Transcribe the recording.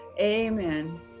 Amen